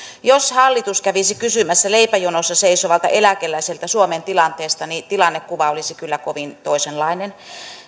jos hallitus kävisi kysymässä leipäjonossa seisovalta eläkeläiseltä suomen tilanteesta niin tilannekuva olisi kyllä kovin toisenlainen